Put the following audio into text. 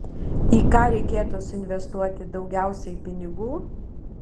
į ką reiktų suinvestuoti daugiausiai pinigų